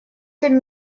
семь